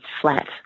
flat